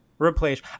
Replace